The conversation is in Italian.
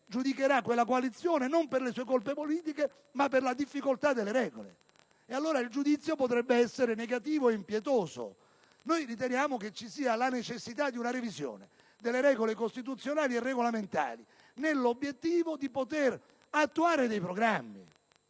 giudicherà quella coalizione non per le sue colpe politiche ma per la difficoltà delle regole e allora il giudizio potrebbe essere negativo e impietoso. Noi riteniamo quindi ci sia la necessità di una revisione delle regole costituzionali e regolamentari nell'obiettivo di poter attuare dei programmi.